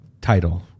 title